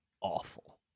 awful